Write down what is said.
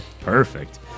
Perfect